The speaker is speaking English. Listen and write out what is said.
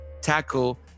tackle